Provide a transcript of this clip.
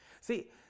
See